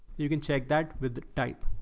you can check that with type.